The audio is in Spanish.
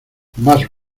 más